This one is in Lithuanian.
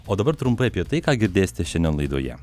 o dabar trumpai apie tai ką girdėsite šiandien laidoje